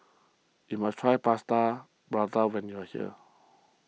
you must try Plaster Prata when you are here